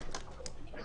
בבקשה.